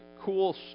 cool